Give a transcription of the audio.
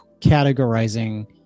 categorizing